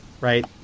right